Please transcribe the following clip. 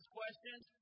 questions